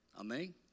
Amen